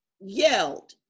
yelled